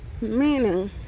meaning